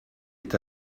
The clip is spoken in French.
est